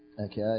Okay